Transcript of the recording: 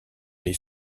les